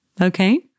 Okay